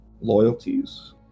loyalties